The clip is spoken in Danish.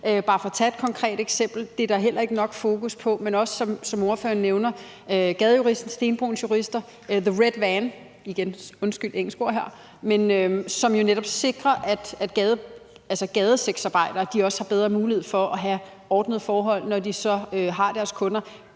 bare for at tage et konkret eksempel. Og det er der heller ikke nok fokus på. Men der er også, som ordføreren nævner, Gadejuristen, Stenbroens Jurister, The Red Van – jeg undskylder et engelsk ord her – som jo netop sikrer, at gadesexarbejdere har bedre muligheder for at have ordnede forhold, når de har deres kunder,